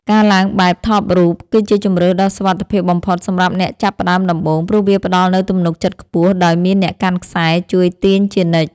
ការឡើងបែប ថបរ៉ូប គឺជាជម្រើសដ៏សុវត្ថិភាពបំផុតសម្រាប់អ្នកចាប់ផ្ដើមដំបូង ព្រោះវាផ្ដល់នូវទំនុកចិត្តខ្ពស់ដោយមានអ្នកកាន់ខ្សែ ជួយទាញជានិច្ច។